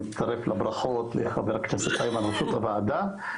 אני מצטרף לברכות לחבר הכנסת איימן על ראשות הוועדה.